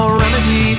remedy